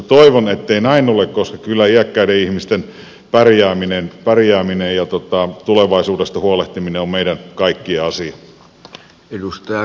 toivon ettei näin ole koska kyllä iäkkäiden ihmisten pärjääminen ja tulevaisuudesta huolehtiminen on meidän kaikkien asia